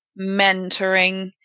mentoring